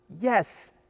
Yes